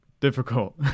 difficult